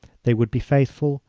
they would be faithful,